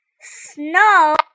Snow